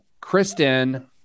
Kristen